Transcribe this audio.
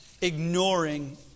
Ignoring